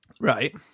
Right